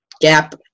gap